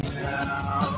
now